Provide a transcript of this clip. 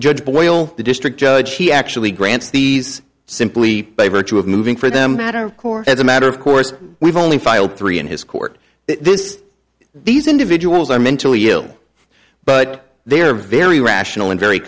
judge boyle the district judge he actually grants these simply by virtue of moving for them better of course as a matter of course we've only filed three in his court this is these individuals are mentally ill but they are very rational and very